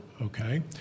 okay